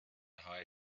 hire